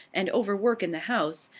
and overwork in the house,